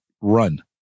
run